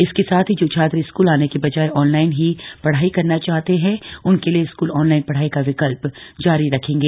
इसके साथ ही जो छात्र स्कूल आने के बजाए ऑनलाइन ही पढ़ाई करना चाहते हैं उनके लिए स्कूल ऑनलाइन पढ़ाई का विकल्प जारी रखेंगे